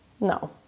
no